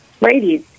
Ladies